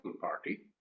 party